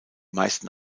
meisten